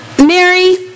Mary